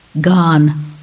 Gone